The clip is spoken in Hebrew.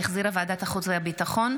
שהחזירה ועדת החוץ והביטחון,